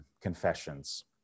Confessions